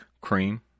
Cream